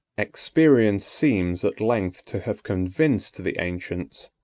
experience seems at length to have convinced the ancients,